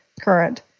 current